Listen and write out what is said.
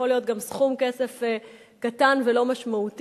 יכול להיות גם סכום כסף קטן ולא משמעותי.